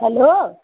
hello